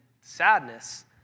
sadness